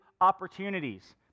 opportunities